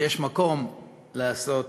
שיש מקום לעשות רפורמה.